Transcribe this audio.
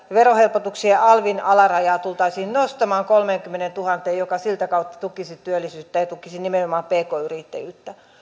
verohelpotuksia alvin alarajaa tultaisiin nostamaan kolmeenkymmeneentuhanteen mikä sitä kautta tukisi työllisyyttä ja tukisi nimenomaan pk yrittäjyyttä